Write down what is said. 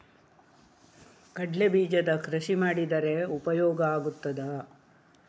ಕಡ್ಲೆ ಬೀಜದ ಕೃಷಿ ಮಾಡಿದರೆ ಉಪಯೋಗ ಆಗುತ್ತದಾ?